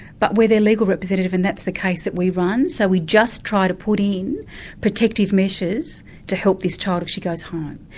but we're their legal representative and that's the case that we run, so we just try to put in protective measures to help this child if she goes home.